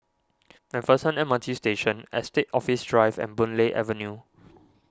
MacPherson M R T Station Estate Office Drive and Boon Lay Avenue